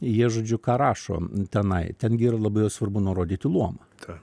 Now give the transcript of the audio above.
jie žodžiu ką rašo tenai ten gi yra labai jau svarbu nurodyti luomą